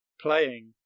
playing